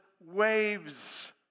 waves